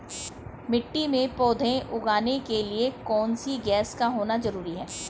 मिट्टी में पौधे उगाने के लिए कौन सी गैस का होना जरूरी है?